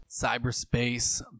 Cyberspace